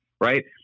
right